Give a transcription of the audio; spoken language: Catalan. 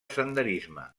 senderisme